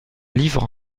livre